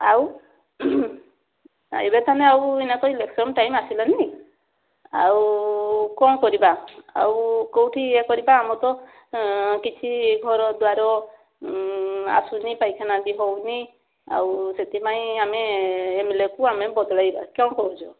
ଆଉ ଏବେ ତ ଆମେ ଆଉ ଇଲେକ୍ସନ ଟାଇମ ଆସିଲାଣି ଆଉ କ'ଣ କରିବା ଆଉ କେଉଁଠି ଇଏ କରିବା ଆମର ତ କିଛି ଘର ଦ୍ୱାର ଆସୁନି ପାଇଖାନା ବି ହେଉନି ଆଉ ସେଥିପାଇଁ ଆମେ ଏମେଲେକୁ ଆମେ ବଦଳେଇବା କ'ଣ କହୁଛ